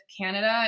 Canada